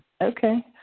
okay